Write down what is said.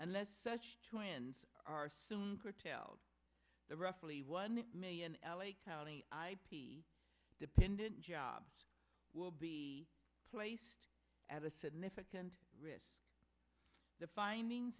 unless such twins are soon curtailed the roughly one million l a county ip dependent jobs will be placed at a significant risk the findings